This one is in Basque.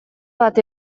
bat